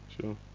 sure